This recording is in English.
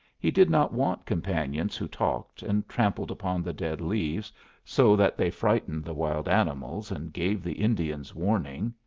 he did not want companions who talked, and trampled upon the dead leaves so that they frightened the wild animals and gave the indians warning.